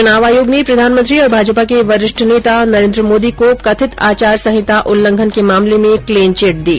चुनाव आयोग ने प्रधानमंत्री और भाजपा के वरिष्ठ नेता नरेन्द्र मोदी को कथित आचार संहिता उल्लंघन के मामले में क्लिन चिट दी